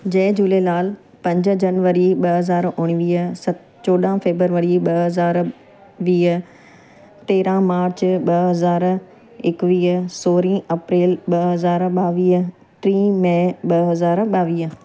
जय झूलेलाल पंज जनवरी ॿ हज़ार उणिवींह सत चोॾहं फेबरवरी ॿ हज़ार वीह तेरहं मार्च ॿ हज़ार एकवीह सोरहीं अप्रैल ॿ हज़ार ॿावीह टी मै ॿ हज़ार ॿावीह